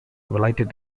related